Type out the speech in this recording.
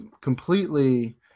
completely